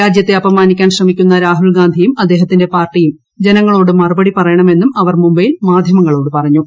രാജ്യത്തെ അപമാനിക്കാൻ ശ്രമിക്കുന്ന രാഹുൽഗാന്ധിയും അദ്ദേഹത്തിന്റെ പാർട്ടിയും ജനങ്ങളോട് മറുപടി പറയണമെന്നും അവർ മുംബൈയിൽ മാധ്യമങ്ങളോട് പറഞ്ഞു